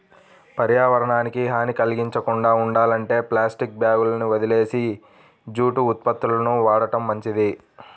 పర్యావరణానికి హాని కల్గించకుండా ఉండాలంటే ప్లాస్టిక్ బ్యాగులని వదిలేసి జూటు ఉత్పత్తులను వాడటం మంచిది